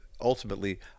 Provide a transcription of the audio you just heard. ultimately